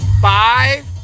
five